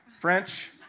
French